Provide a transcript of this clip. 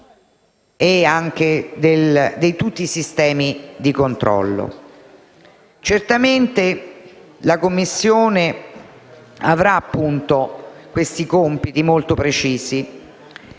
discernere di tutti i sistemi di controllo. Certamente la Commissione avrà questi compiti molto precisi.